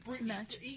match